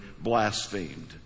blasphemed